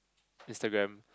Instagram